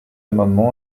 amendement